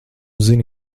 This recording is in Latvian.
zini